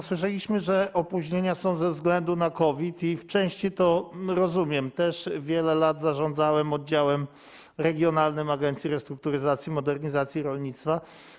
Słyszeliśmy, że opóźnienia są ze względu na COVID, i w części to rozumiem, wiele lat zarządzałem oddziałem regionalnym Agencji Restrukturyzacji i Modernizacji Rolnictwa.